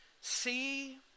See